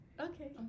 Okay